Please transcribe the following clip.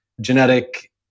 genetic